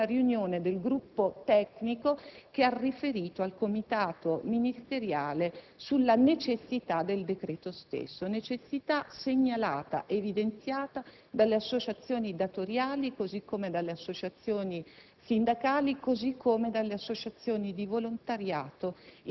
in occasione della redazione del secondo decreto flussi, in occasione della riunione del gruppo tecnico che ha riferito al comitato ministeriale sulla necessità del decreto stesso; una necessità segnalata, evidenziata, dalle associazioni datoriali così come dalle associazioni